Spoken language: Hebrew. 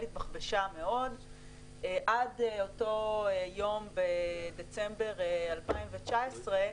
התבחבשה מאוד עד אותו יום בדצמבר 2018,